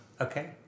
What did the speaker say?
Okay